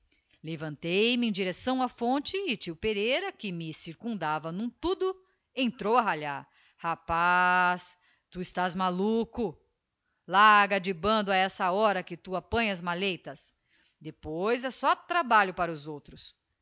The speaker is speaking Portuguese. levantei-me em direcção á fonte e tio pereira que me circumdava n'um tudo entrou a ralhar rapaz tu estás maluco larga de banho a esta hora que tu apanhas maleitas depois é só trabalho para os outros